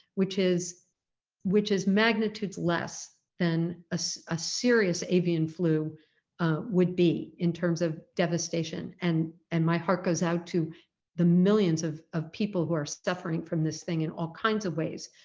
which is which is magnitudes less than a so ah serious avian flu would be in terms of devastation, and and my heart goes out to the millions of of people who are suffering from this thing in all kinds of ways,